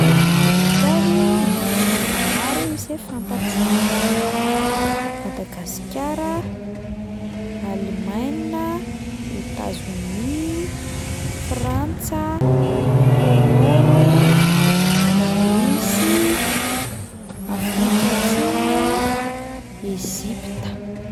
Ireto avy ny firenena maro izay fantatro: Madagasikara, Alemaina, Etazonia, Frantsa, Komaoro, Maorisy, Afrika Atsimo, Ezipta.